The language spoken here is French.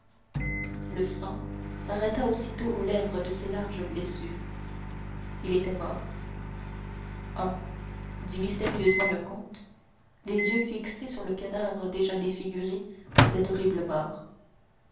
le sang s'arrêta aussitôt aux lèvres de ses larges blessures il était mort un dit mystérieusement le comte les yeux fixés sur le cadavre déjà défiguré par cette horrible mort